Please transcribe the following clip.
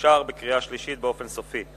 אושר בקריאה שלישית באופן סופי.